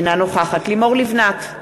אינה נוכחת לימור לבנת,